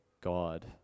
God